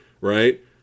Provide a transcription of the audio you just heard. right